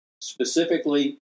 specifically